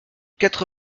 quatre